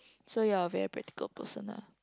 so you're a very practical person lah